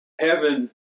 heaven